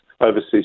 overseas